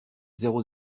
zéro